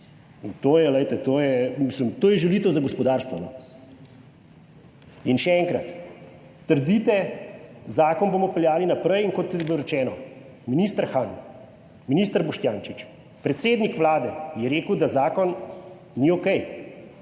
To je žalitev za gospodarstvo. In še enkrat trdite, zakon bomo peljali naprej in kot je bilo rečeno, minister Han, minister Boštjančič, predsednik Vlade je rekel, da zakon ni okej.